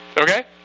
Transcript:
okay